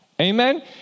Amen